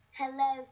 hello